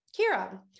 Kira